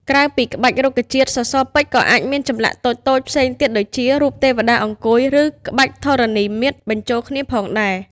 ក្រៅពីក្បាច់រុក្ខជាតិ សសរពេជ្រក៏អាចមានចម្លាក់តូចៗផ្សេងទៀតដូចជា រូបទេវតាអង្គុយ ឬក្បាច់ធរណីមាត្រ បញ្ចូលគ្នាផងដែរ។